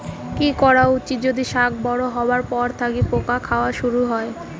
কি করা উচিৎ যদি শাক বড়ো হবার পর থাকি পোকা খাওয়া শুরু হয়?